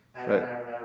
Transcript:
right